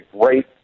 great